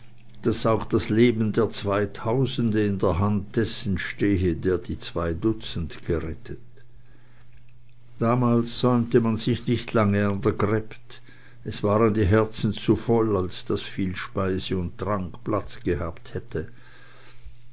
daß auch das leben der zweitausende in der hand dessen stehe der die zwei dutzend gerettet damals säumte man sich nicht lange an der gräbt es waren die herzen zu voll als daß viel speise und trank platz gehabt hätte